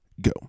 Go